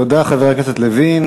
תודה, חבר הכנסת יריב לוין.